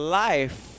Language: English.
life